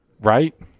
Right